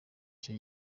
icyo